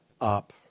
up